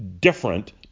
different